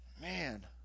man